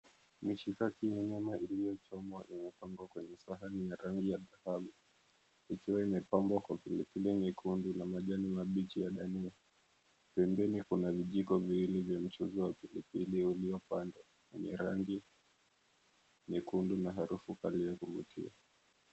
Mishakiki na nyama iliyochomwa imepambwa kwenye sahani ya rangi ya dhahabu ikiwa imepambwa kwa pilipili nyekundu na majani mabichi ya dania. Pembeni kuna vijiko viwili vya mchuuzi wa pilipili uliyokaangwa wenye rangi nyekundu na harufu kali ya kuvutia.